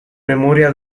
memoria